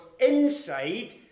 inside